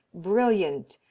brilliant,